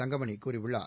தங்கமணி கூறியுள்ளார்